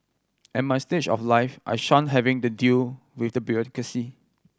at my stage of life I shun having to deal with the bureaucracy